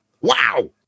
Wow